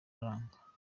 aranga